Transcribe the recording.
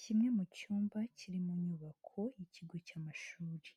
Kimwe mu cyumba kiri mu nyubako y'ikigo cy'amashuri.